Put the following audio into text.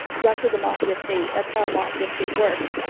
russia is a mafia state. that's how a mafia state works.